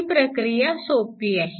ही प्रक्रिया सोपी आहे